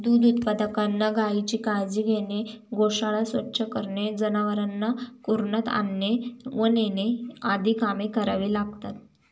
दूध उत्पादकांना गायीची काळजी घेणे, गोशाळा स्वच्छ करणे, जनावरांना कुरणात आणणे व नेणे आदी कामे करावी लागतात